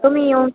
तुम्ही येऊन